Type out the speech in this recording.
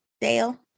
Dale